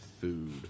food